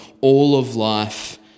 all-of-life